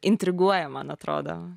intriguoja man atrodo